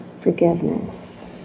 forgiveness